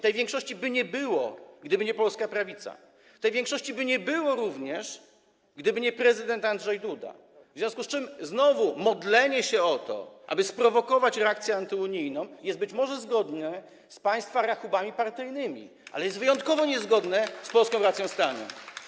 Tej większości by nie było, gdyby nie polska prawica, tej większości by również nie było, gdyby nie prezydent Andrzej Duda, w związku z czym znowu modlenie się o to, aby sprowokować reakcję antyunijną, jest być może zgodne z państwa rachubami partyjnymi, ale jest wyjątkowo niezgodne z polską racją stanu.